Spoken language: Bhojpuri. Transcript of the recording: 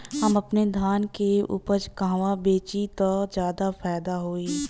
हम अपने धान के उपज कहवा बेंचि त ज्यादा फैदा होई?